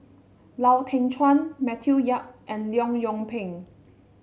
Lau Teng Chuan Matthew Yap and Leong Yoon Pin